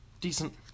Decent